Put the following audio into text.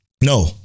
No